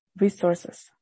resources